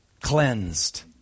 cleansed